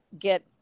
get